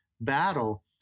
battle